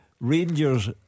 Rangers